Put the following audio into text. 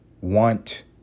want